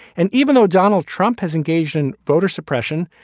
and even though donald trump has engaged in voter suppression,